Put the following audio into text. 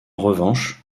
revanche